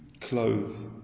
clothes